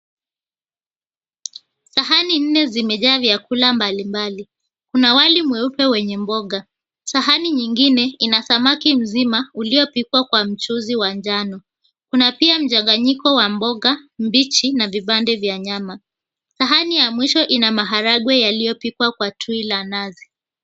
Sahani nne zimejaa chakula mbalimbali. Kuna wali mweupe wenye mboga, sahani nyingine ina samaki mzima iliyopikwa kwa mchuzi wa njano, kuna pia mchanganyiko wa mboga mbichi na vipande vya nyama. Sahani ya mwisho ina maharagwe yaliyopikwa kwa tui la nazi.